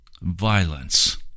Violence